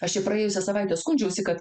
aš čia praėjusią savaitę skundžiausi kad